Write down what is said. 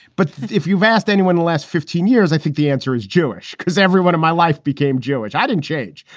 but if you've asked anyone the last fifteen years, i think the answer is jewish, because everyone in my life became jewish. i didn't change,